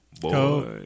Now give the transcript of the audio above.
boy